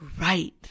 Right